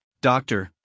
Doctor